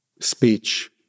speech